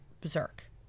berserk